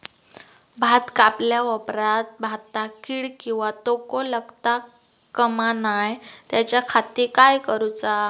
भात कापल्या ऑप्रात भाताक कीड किंवा तोको लगता काम नाय त्याच्या खाती काय करुचा?